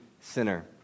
sinner